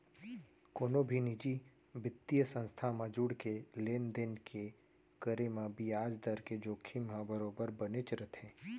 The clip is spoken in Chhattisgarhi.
कोनो भी निजी बित्तीय संस्था म जुड़के लेन देन के करे म बियाज दर के जोखिम ह बरोबर बनेच रथे